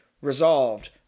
resolved